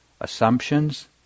assumptions